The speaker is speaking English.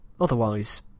otherwise